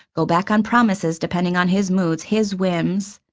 go back on promises depending on his moods, his whims,